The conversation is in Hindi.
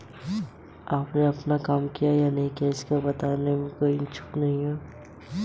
राष्ट्रिक स्वर्ण bond sovereign gold bond SGB क्या है और इसे कौन जारी करता है?